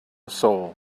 soul